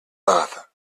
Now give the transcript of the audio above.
marthe